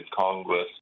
congress